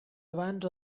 abans